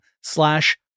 slash